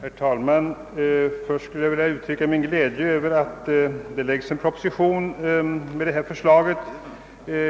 Herr talman! Först och främst skulle jag vilja uttrycka min glädje över att vi får en proposition med detta innehåll.